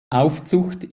aufzucht